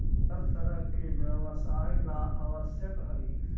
हर तरह के व्यवसाय ला आवश्यक हई